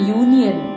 union